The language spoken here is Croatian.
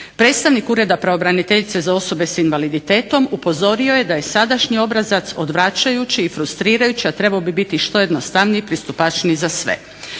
Predstavnik Ureda pravobraniteljice za osobe s invaliditetom upozorio je da je sadašnji obrazac odvračajući i frustrirajući, a trebao bi biti što jednostavniji i pristupačniji za sve.